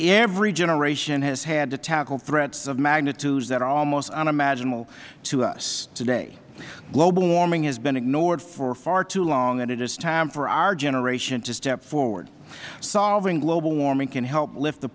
every generation has had to tackle threats of magnitudes that are almost unimaginable to us today global warming has been ignored for far too long and it is time for our generation to step forward solving global warming can help lift the